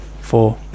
four